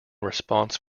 response